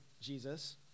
Jesus